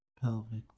Pelvic